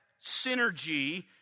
synergy